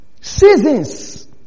seasons